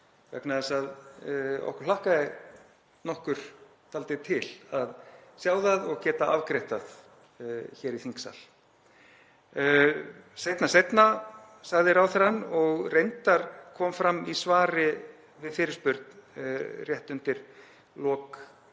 vegna þess að við hlökkuðum nokkur dálítið til að sjá það og geta afgreitt það hér í þingsal. Seinna, seinna, sagði ráðherrann og reyndar kom fram í svari við fyrirspurn rétt undir lok